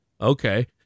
Okay